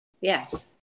yes